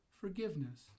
Forgiveness